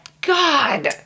God